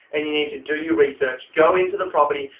and you need to do your research. go into the property.